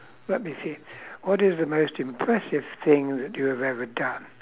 let me see what is the most impressive thing that you have ever done